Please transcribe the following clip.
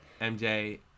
MJ